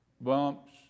bumps